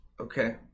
Okay